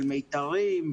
של "מיתרים",